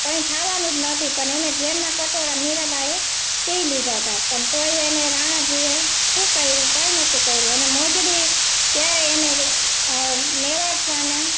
પણ એ થવાનું જ નથી પણ એને ઝેરના કટોરા મીરાંબાઈએ પી લીધા હતાં પણ તોય એને રાણાજીએ શું કર્યું કાંય નહોતું કર્યું અને મોજડી જ્યારે એને મેવાડ સાના